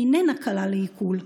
אינה קלה לעיכול,